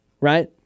right